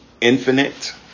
infinite